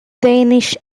danish